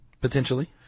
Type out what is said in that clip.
Potentially